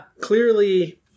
clearly